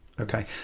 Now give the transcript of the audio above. Okay